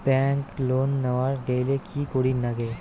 Bank loan নেওয়ার গেইলে কি করীর নাগে?